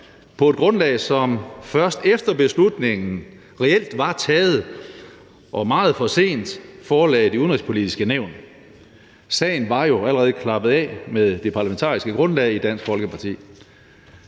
på et grundlag, som først, efter at beslutningen reelt var taget, og meget for sent blev forelagt Det Udenrigspolitiske Nævn. Sagen var jo allerede klappet af med det parlamentariske grundlag i Dansk Folkeparti.